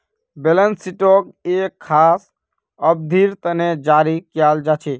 balance शीटक एक खास अवधिर तने जारी कियाल जा छे